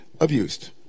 abused